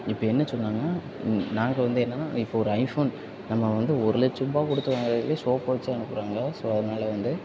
இப்போ என்ன சொன்னாங்கன்னா நான் இப்போ வந்து என்னா இப்போ ஒரு ஐஃபோன் நம்ம வந்து ஒரு லட்சரூபா கொடுத்து வாங்குறதுல சோப்பு வச்சி அனுப்புறாங்க ஸோ அதனால் வந்து